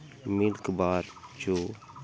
Milkybar ᱪᱷᱩ